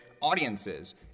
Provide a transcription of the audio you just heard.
Audiences